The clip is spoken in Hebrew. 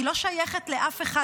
היא לא שייכת לאף אחד,